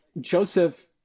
Joseph